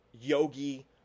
Yogi